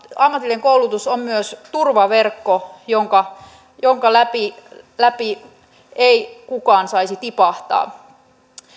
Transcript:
ammatillinen koulutus on myös turvaverkko jonka jonka läpi läpi ei kukaan saisi tipahtaa